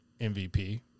MVP